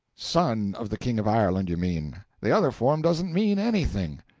son of the king of ireland, you mean the other form doesn't mean anything.